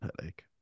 headache